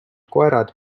koerad